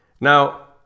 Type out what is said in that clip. now